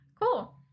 cool